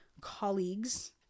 colleagues